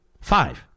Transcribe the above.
Five